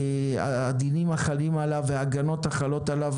הדינים החלים עליו וההגנות החלות עליו